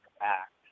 act